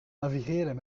navigeren